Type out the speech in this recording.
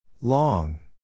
Long